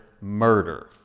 murder